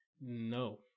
No